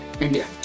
India